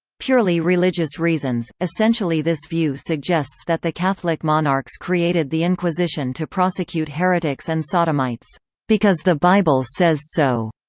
purely religious reasons essentially this view suggests that the catholic monarchs created the inquisition to prosecute heretics and sodomites because the bible says so.